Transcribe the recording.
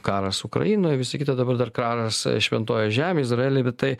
karas ukrainoj visa kita dabar dar karas šventojoj žemėj izraely bet tai